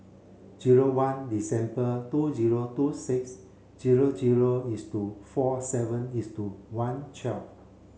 zero one December two zero two six zero zero is to four seven is two one twelve